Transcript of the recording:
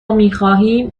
میخواهیم